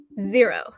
zero